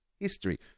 history